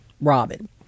Robin